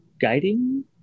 Guiding